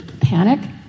panic